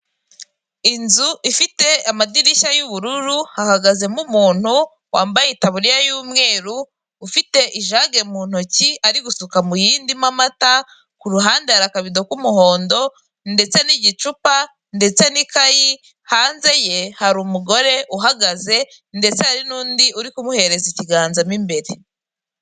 Icyapa kiri mu amabara y'umweru handitseho amagambo atandukanye ari mu ibara ry'icyatsi ndetse n'andi y'ama mabara y'umuhondo, n'andi arimo ibara ry'ubururu ndetse n'indi mibabara y'umutuku.